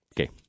Okay